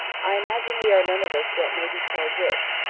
i imagine we are none of us what may be called rich,